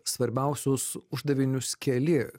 svarbiausius uždavinius keli